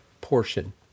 portion